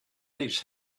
his